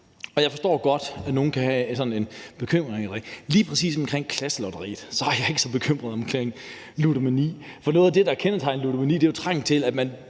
og jeg forstår godt, at nogle kan have en bekymring. Men lige omkring Klasselotteriet er jeg ikke så bekymret i forhold til ludomani, for noget af det, der kendetegner ludomani, er jo trangen til, at man